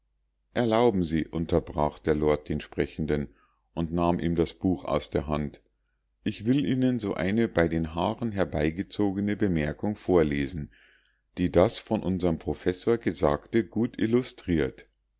erlauben sie unterbrach der lord den sprechenden und nahm ihm das buch aus der hand ich will ihnen so eine bei den haaren herbeigezogene bemerkung vorlesen die das von unserm professor gesagte gut